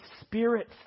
spirit